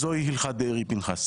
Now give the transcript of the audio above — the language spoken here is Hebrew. זוהי הלכת דרעי-פנחסי.